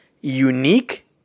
unique